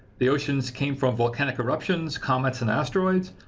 the oceans came from volcanic eruptions, comets and asteroids.